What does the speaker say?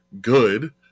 good